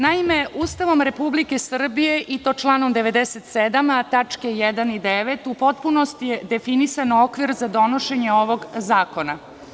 Naime, Ustavom Republike Srbije i to članom 97, a tačke 1. i 9, u potpunosti je definisan okvir za donošenje ovog zakona.